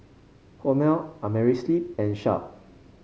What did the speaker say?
Hormel Amerisleep and Sharp